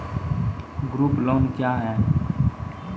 Group loan क्या है?